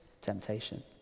temptation